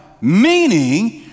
meaning